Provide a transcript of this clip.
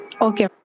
Okay